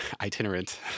itinerant